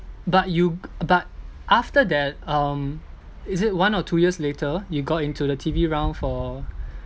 but you but after that um is it one or two years later you got into the T_V round for